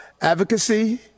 advocacy